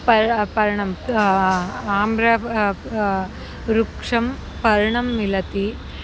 पर्णं पर्णम् आम्रफळं वृक्षं पर्णं मिलति